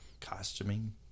costuming